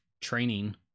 training